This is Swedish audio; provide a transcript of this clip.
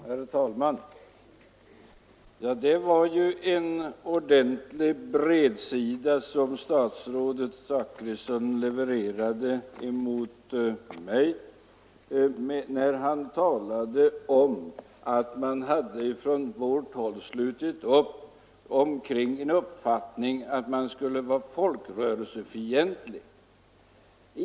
Herr talman! Det var ju en ordentlig bredsida som statsrådet Zachrisson levererade mot mig, när han talade om att vi från vårt håll hade slutit upp kring en folkrörelsefientlig uppfattning.